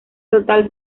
total